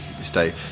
stay